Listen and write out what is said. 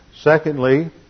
Secondly